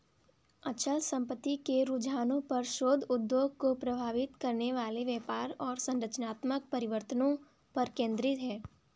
अचल संपत्ति के रुझानों पर शोध उद्योग को प्रभावित करने वाले व्यापार और संरचनात्मक परिवर्तनों पर केंद्रित है